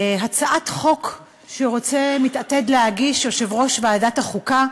הצעת חוק שרוצה, מתעתד להגיש יושב-ראש ועדת החוקה,